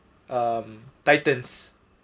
um titans